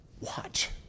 watch